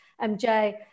MJ